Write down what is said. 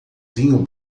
linho